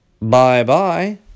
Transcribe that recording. Bye-bye